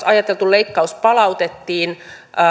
ajateltu leikkaus palautettiin